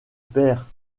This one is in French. père